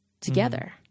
together